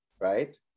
right